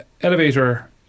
elevator